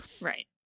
Right